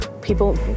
people